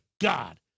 God